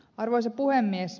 arvoisa puhemies